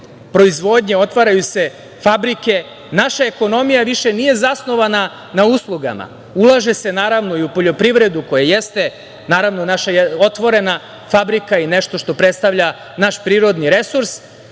proizvodnje, otvaraju se fabrike. Naša ekonomija više nije zasnovana na uslugama. Ulaže se, naravno, i u poljoprivredu koja jeste, naravno naša je otvorena fabrika i predstavlja naš prirodni